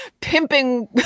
pimping